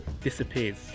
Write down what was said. disappears